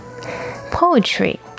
Poetry